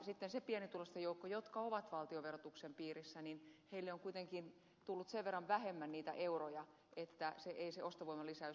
sitten sille pienituloisten joukolle joka on valtioverotuksen piirissä on kuitenkin tullut sen verran vähemmän niitä euroja että ei se ostovoiman lisäys näy